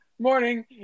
Morning